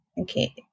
okay